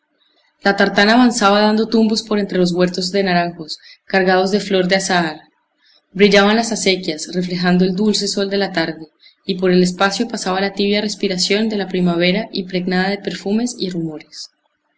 la tartana avanzaba dando tumbos por entre los huertos de naranjos cargados de flor de azahar brillaban las acequias reflejando el dulce sol de la tarde y por el espacio pasaba la tibia respiración de la primavera impregnada de perfumes y rumores